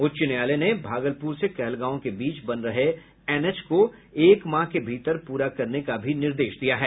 उच्च न्यायालय ने भागलपूर से कहलगांव के बीच बन रहे एनएच को एक माह के भीतर पूरा करने का भी निर्देश दिया है